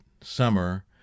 summer